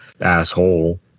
asshole